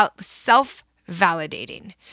self-validating